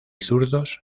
zurdos